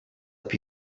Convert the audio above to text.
più